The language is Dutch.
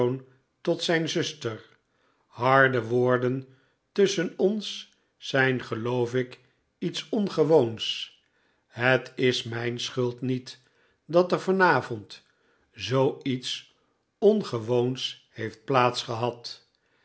tot zijn zuster harde woorden tusschen ons zijn geloof ik iets ongewoons het is mijn schuld niet dat er vanavond zooiets ongewoons heeft